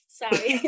sorry